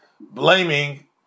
blaming